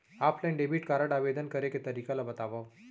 Offline debit card आवेदन करे के तरीका ल बतावव?